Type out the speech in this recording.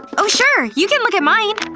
oh, sure. you can look at mine